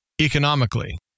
economically